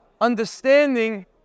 understanding